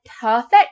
perfect